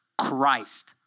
Christ